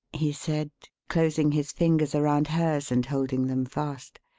he said, closing his fingers around hers and holding them fast.